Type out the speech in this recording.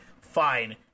fine